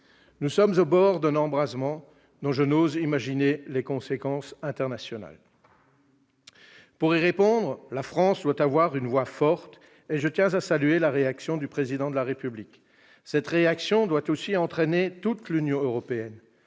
Nous sommes au bord d'un embrasement dont je n'ose imaginer les conséquences internationales. Pour y répondre, la France doit avoir une voix forte, et je tiens à saluer la réaction du Président de la République, qui doit entraîner toute l'Union européenne.